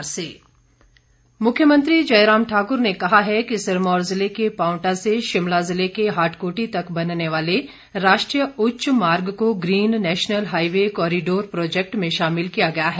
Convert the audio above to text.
प्रश्नकाल मुख्यमंत्री जयराम ठाकुर ने कहा है कि सिरमौर जिले के पांवटा से शिमला जिले के हाटकोटी तक बनने वाले राष्ट्रीय उच्च मार्ग को green national highway corridor project में शामिल किया गया है